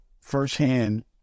firsthand